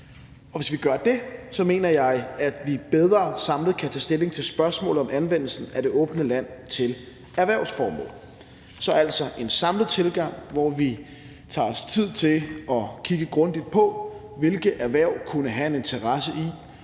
Og hvis vi gør det, mener jeg, at vi bedre samlet kan tage stilling til spørgsmålet om anvendelse af det åbne land til erhvervsformål: Så det er altså en samlet tilgang, hvor vi tager os tid til at kigge grundigt på, hvilke erhverv der kunne have en interesse i